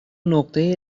نقطه